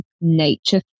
nature